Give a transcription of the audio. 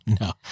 No